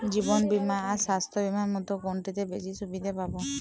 জীবন বীমা আর স্বাস্থ্য বীমার মধ্যে কোনটিতে বেশী সুবিধে পাব?